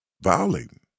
violating